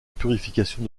purification